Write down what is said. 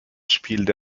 spielte